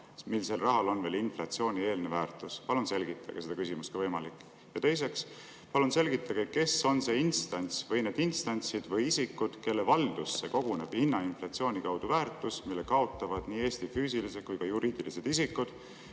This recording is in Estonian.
mil sellel rahal on veel inflatsioonieelne väärtus. Palun selgitage seda küsimust, kui võimalik. Ja teiseks, palun selgitage, kes on see instants või need instantsid või isikud, kelle valdusse koguneb inflatsiooni tõttu väärtus, mille kaotavad nii Eesti füüsilised kui ka juriidilised isikud